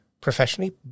professionally